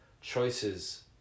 choices